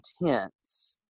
intense